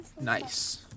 Nice